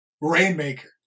Rainmaker